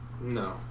No